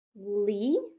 Lee